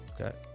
Okay